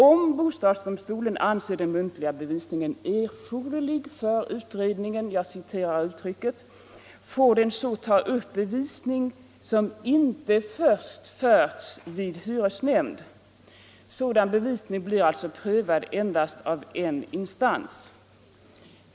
Om bostadsdomstolen anser den muntliga bevisningen ”erforderlig för utredningen”, får den så ta upp bevisning som inte förts vid hyresnämnd. Sådan bevisning blir alltså prövad endast av en instans.